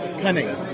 cunning